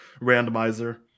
randomizer